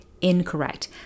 incorrect